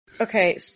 Okay